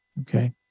Okay